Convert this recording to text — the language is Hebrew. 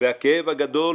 והכאב הגדול,